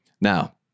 Now